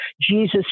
jesus